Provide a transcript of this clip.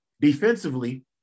defensively